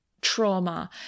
trauma